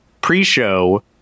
pre-show